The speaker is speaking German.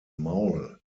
maul